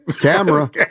camera